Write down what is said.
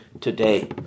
today